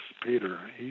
Peter